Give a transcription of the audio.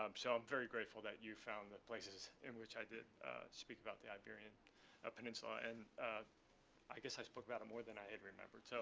um so i'm very grateful that you found the places in which i did speak about the iberian peninsula. and i guess i spoke about it more than i had remembered. so